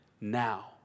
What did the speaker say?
now